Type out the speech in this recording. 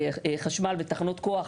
חשמל ותחנות כוח,